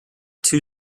two